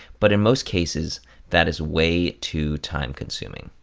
but in most cases that is way too time-consuming.